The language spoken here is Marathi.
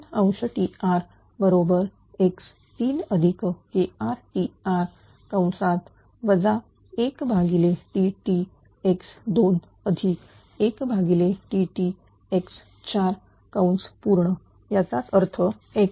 Trx3KrTr 1Ttx2 1Ttx4 याचा अर्थ x2